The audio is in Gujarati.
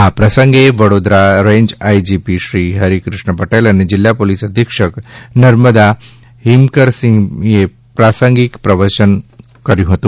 આ પ્રસંગે વડોદરા રેન્જ આઇજીપી શ્રી હરીકૃષ્ણ પટેલ અને જીલ્લા પોલીસ અધિક્ષક નર્મદા હિમકરસિંહે પ્રાસંગિક પ્રવચન રજુ કર્યા હતા